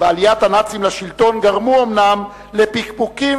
ועליית הנאצים לשלטון גרמו אומנם לפקפוקים